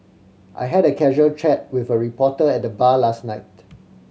I had a casual chat with a reporter at the bar last night